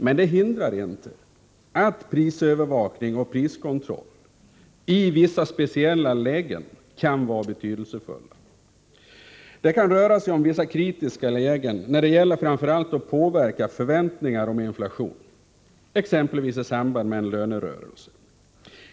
Men det hindrar inte att prisövervakning och priskontroll i vissa speciella lägen kan var betydelsefulla. Det kan röra sig om vissa kritiska lägen, framför allt när det gäller att påverka förväntningar om inflation, exempelvis i samband med en lönerörelse.